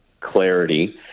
clarity